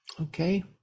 Okay